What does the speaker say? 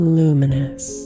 luminous